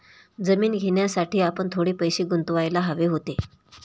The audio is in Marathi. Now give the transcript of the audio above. जमीन घेण्यासाठी आपण थोडे पैसे गुंतवायला हवे होते